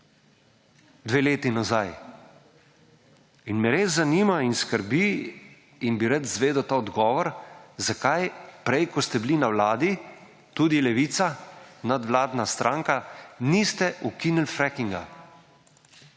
dve leti nazaj. In me res zanima in skrbi in bi rad izvedel ta odgovor, zakaj prej, ko ste bili na Vladi, tudi Levica, nadvladna stranka niste ukinili frackinga.